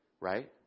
right